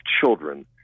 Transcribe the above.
children